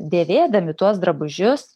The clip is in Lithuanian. dėvėdami tuos drabužius